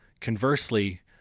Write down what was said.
conversely